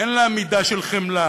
אין לה מידה של חמלה.